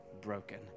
broken